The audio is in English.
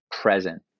present